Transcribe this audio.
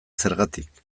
zergatik